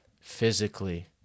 physically